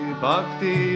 Bhakti